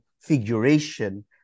figuration